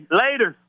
later